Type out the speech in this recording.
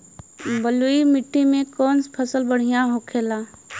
बलुई मिट्टी में कौन फसल बढ़ियां होखे ला?